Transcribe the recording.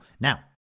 Now